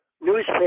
newspaper